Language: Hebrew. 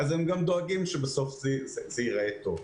אז הם דואגים שבסוף זה ייראה טוב.